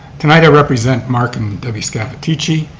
tonight i represent mark and debbie scappaticci.